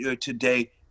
today